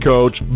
Coach